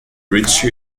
british